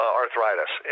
arthritis